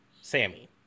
Sammy